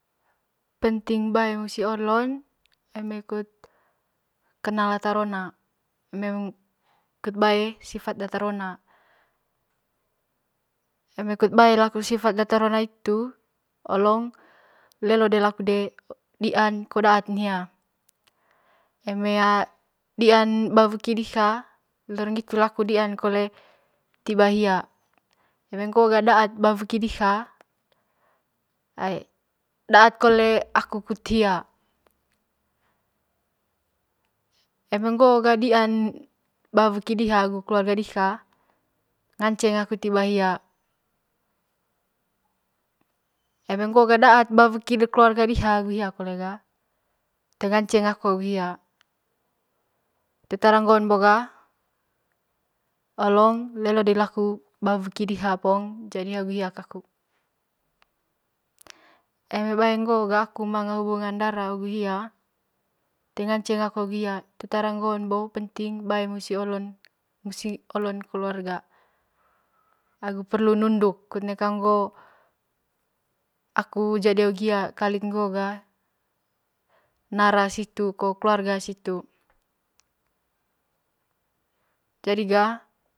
Penting bae musi olon eme kenal ata rona kt bae sifat ata rona hitu di'an ko daatn hia eme dian ba weki diha lorong ngitu aku kole tiba hia eme ngoo data ba weki diha ae data kole aku kut hia eme ngo;o ga dian ba weki diha agu keluarha diha ngaceng aku tiba hia eme ngo ga data ba weki diha agu keluarga diha kole ga toe ngaceng aku agu hia hitu tara ngoon bo ga olong lelo di laku ba weki diha pong jadi agu hia kaku eme bae ngo ga aku manga hubungan dara gu hia toe ngaceng aku agu hia hitu tara ngon bo penting bae musi olong keluarag agu nunduk kut neka ngo'o aku jadi agu hia kaling ngi ga nara situ keluarga situ jadi ga.